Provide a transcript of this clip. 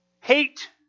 Hate